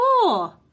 Cool